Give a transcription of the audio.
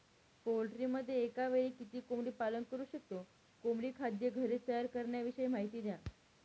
पोल्ट्रीमध्ये एकावेळी किती कोंबडी पालन करु शकतो? कोंबडी खाद्य घरी तयार करण्याविषयी माहिती द्या